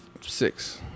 six